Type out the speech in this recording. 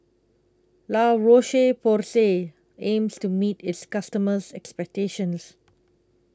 La Roche Porsay aims to meet its customers' expectations